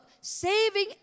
saving